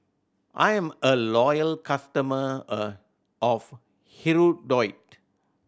I'm a loyal customer of Hirudoid